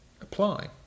apply